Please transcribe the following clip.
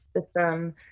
system